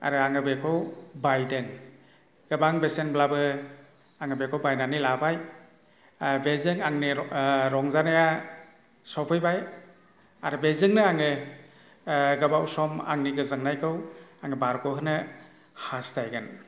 आरो आङो बेखौ बायदों गोबां बेसेनब्लाबो आङो बेखौ बायनानै लाबाय बेजों आंनि रंजानाया सफैबाय आरो बेजोंनो आङो गोबाव सम आंनि गोजोननायखौ आङो बारग'होनो हास्थायगोन